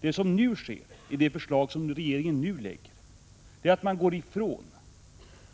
Det som nu sker, i det förslag som regeringen lägger fram, är att man går ifrån